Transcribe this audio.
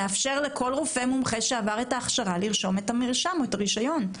לתת לכל רופא מומחה שעבר הכשרה לרשום מרשם או רישיון?